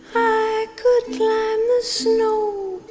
i could climb the so you know